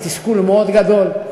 והתסכול הוא גדול מאוד.